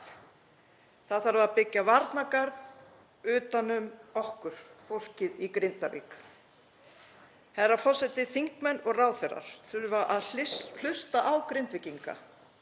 Það þarf að byggja varnargarð utan um okkur fólkið í Grindavík.“ Herra forseti. Þingmenn og ráðherrar þurfa að hlusta á Grindvíkinga